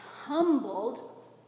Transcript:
humbled